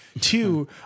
Two